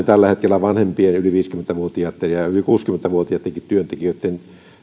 tällä hetkellä vanhempien yli viisikymmentä vuotiaitten ja ja yli kuusikymmentä vuotiaittenkin työntekijöitten